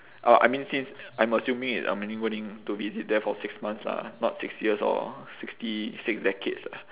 orh I mean since I'm assuming I'm only going to visit there for six months lah not six years or sixty six decades lah